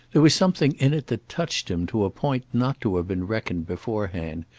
there was something in it that touched him to a point not to have been reckoned beforehand,